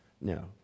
No